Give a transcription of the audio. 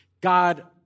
God